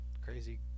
crazy